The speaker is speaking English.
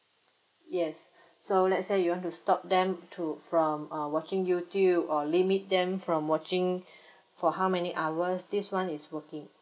yes so let's say you want to stop them to from uh watching youtube or limit them from watching for how many hours this one is working